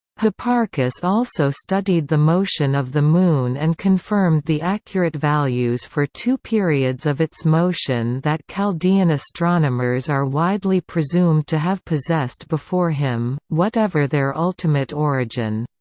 hipparchus also studied the motion of the moon and confirmed the accurate values for two periods of its motion that chaldean astronomers are widely presumed to have possessed before him, whatever their ultimate origin.